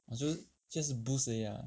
orh 就是 boost 而已 lah